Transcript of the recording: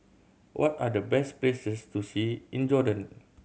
what are the best places to see in Jordan